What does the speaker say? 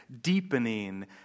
deepening